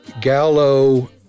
Gallo